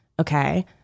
okay